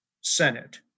Senate